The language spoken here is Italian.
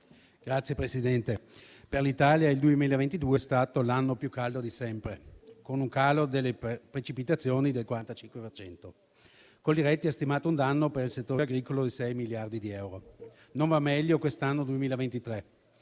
Signor Presidente, per l'Italia il 2022 è stato l'anno più caldo di sempre, con un calo delle precipitazioni del 45 per cento. Coldiretti ha stimato un danno per il settore agricolo di 6 miliardi di euro. Non va meglio l'anno 2023: